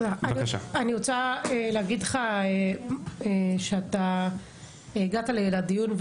אני רוצה להגיד לך שזה שהגעת לכאן לדיון,